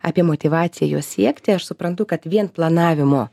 apie motyvaciją jos siekti aš suprantu kad vien planavimo